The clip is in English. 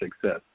success